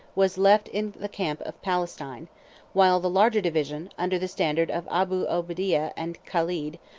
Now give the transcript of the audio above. was left in the camp of palestine while the larger division, under the standard of abu obeidah and caled,